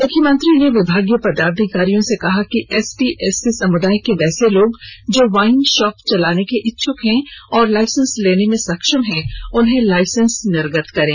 मुख्यमंत्री ने विभागीय पदाधिकारियों से कहा कि एसटी एससी समुदाय के वैसे लोग जो वाइन शॉप चलाने के इच्छक हैं और लाइसेंस लेने में सक्षम हैं उन्हें लाइसेंस निर्गत करें